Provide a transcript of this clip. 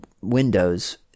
windows